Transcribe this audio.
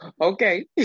Okay